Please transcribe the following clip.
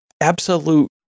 absolute